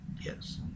Yes